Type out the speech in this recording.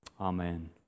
Amen